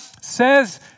says